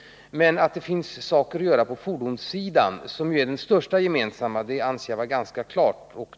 Men att det finns saker att göra på fordonssidan, som ju är den största gemensamma delen, anser jag vara ganska klart.